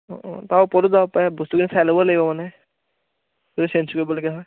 অঁ অঁ তাৰ ওপৰতো যাব পাৰে বস্তুকেইটা চাই ল'ব লাগিব মানে যদি চেঞ্জ কৰিবলগীয়া হয়